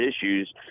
issues